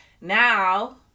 Now